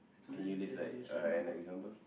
can you list like uh like example